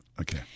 Okay